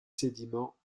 sédiments